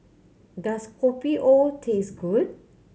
does Kopi O taste good